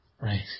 Right